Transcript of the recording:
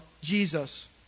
Jesus